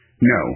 No